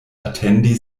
atendi